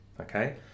Okay